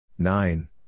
Nine